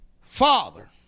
father